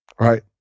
Right